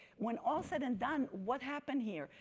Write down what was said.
when all said and done, what happened here?